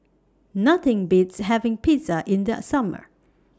Nothing Beats having Pizza in The Summer